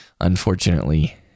unfortunately